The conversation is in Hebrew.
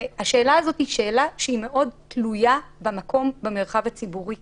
השאלה הזאת מאוד תלויה במקום במרחב הציבורי.